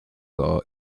are